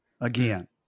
again